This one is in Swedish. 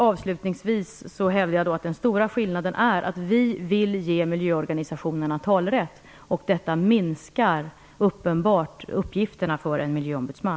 Avslutningsvis hävdar jag att den stora skillnaden är att vi vill ge miljöorganisationerna talerätt, vilket uppenbart minskar uppgifterna för en miljöombudsman.